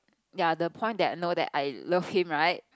ya the point that I know that I love him right